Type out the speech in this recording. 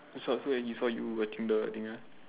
so he saw that you were that kind of thing ah